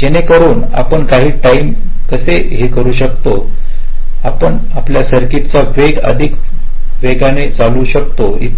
जेणे करुन आपण काही टाईम कसे शकतो आपण आपल सर्किट वेग अधिक वेगाने चालवू शकता इत्यादी